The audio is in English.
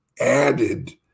added